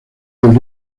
del